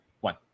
one